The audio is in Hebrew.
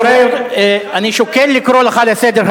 אני שוקל לקרוא אותך לסדר,